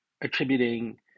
attributing